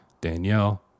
Danielle